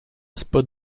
spot